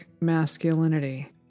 masculinity